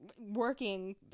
working